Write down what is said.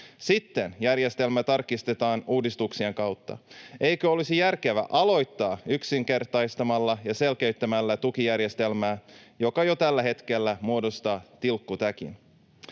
Sitten järjestelmä tarkistetaan uudistuksien kautta. Eikö olisi järkevää aloittaa yksinkertaistamalla ja selkeyttämällä tukijärjestelmää, joka jo tällä hetkellä muodostaa tilkkutäkin?